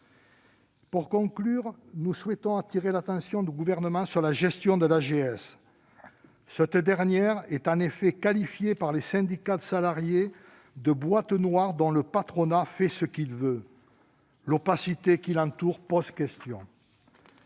Pour conclure, nous souhaitons attirer l'attention du Gouvernement sur la gestion de l'AGS. Cette dernière est qualifiée par les syndicats de salariés de « boîte noire » dont le patronat fait ce qu'il veut. L'opacité qui l'entoure pose question.